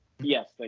yes